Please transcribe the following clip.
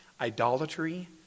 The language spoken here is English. idolatry